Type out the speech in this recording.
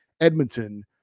Edmonton